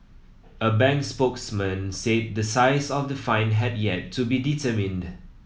a bank spokesman said the size of the fine had yet to be determined